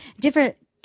different